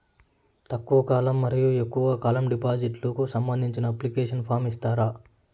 తక్కువ కాలం మరియు ఎక్కువగా కాలం డిపాజిట్లు కు సంబంధించిన అప్లికేషన్ ఫార్మ్ ఇస్తారా?